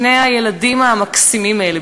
שני הילדים המקסימים האלה,